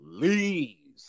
please